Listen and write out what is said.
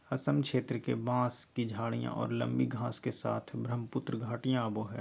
असम क्षेत्र के, बांस की झाडियाँ और लंबी घास के साथ ब्रहमपुत्र घाटियाँ आवो हइ